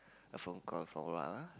phone call so loud ah